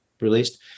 released